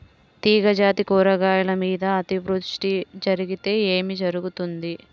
తీగజాతి కూరగాయల మీద అతివృష్టి జరిగితే ఏమి జరుగుతుంది?